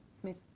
Smith